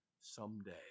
someday